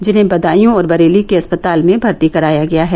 जिन्हें बदायू और बरेली के अस्पताल में भर्ती कराया गया है